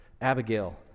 Abigail